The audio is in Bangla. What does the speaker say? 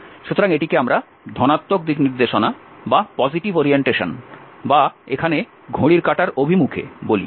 সুতরাং এটিকে আমরা ধনাত্মক দিকনির্দেশনা বা এখানে ঘড়ির কাঁটার অভিমুখে বলি